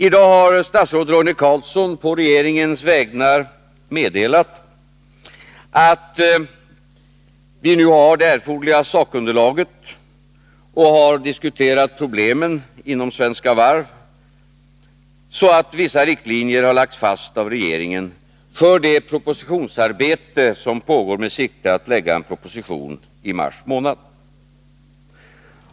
I dag har statsrådet Roine Carlsson på regeringens vägnar meddelat att vi nu har det erforderliga sakunderlaget för en diskussion om problemen inom Svenska Varv och att regeringen har lagt fast vissa riktlinjer för det propositionsarbete som pågår med siktet inställt på att en proposition skall läggas fram i mars månad.